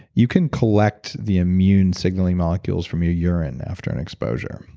you can collect the immune signaling molecules from your urine after an exposure.